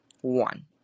one